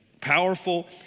powerful